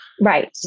Right